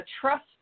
trust